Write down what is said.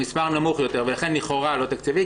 המספר נמוך יותר ולכן לכאורה הצעת החוק לא תקציבית.